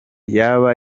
yaba